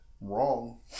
wrong